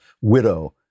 widow